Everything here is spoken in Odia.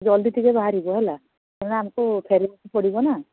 ଜଲ୍ଦି ଟିକେ ବାହାରିବୁ ହେଲା କାହିଁକିନା ଆମକୁ ଫେରିବାକୁ ପଡ଼ିବ ନା